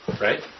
Right